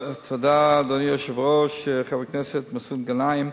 אדוני היושב-ראש, תודה, חבר הכנסת מסעוד גנאים,